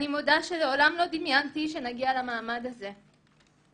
אני מודה שלעולם לא דמיינתי שנגיע למעמד הזה.